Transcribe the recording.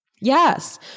Yes